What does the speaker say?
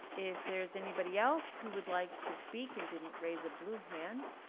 if there's anybody else who would like to speak and didn't raise a blue hand,